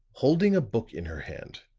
holding a book in her hand,